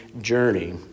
journey